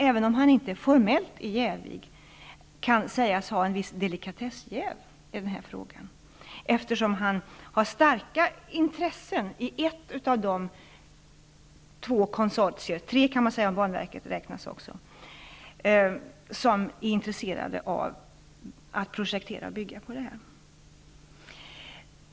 Även om han inte formellt är jävig kan han sägas ha ett visst delikatessjäv i denna fråga, eftersom han har starka intressen i ett av två om också banverket räknas tre -- konsortier som är intresserade av att projektera och bygga i detta sammanhang.